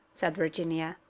said virginia.